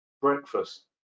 Breakfast